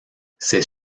ces